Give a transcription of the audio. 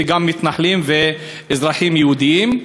מתנחלים ואזרחים יהודים,